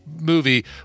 movie